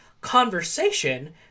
conversation